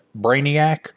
Brainiac